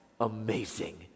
amazing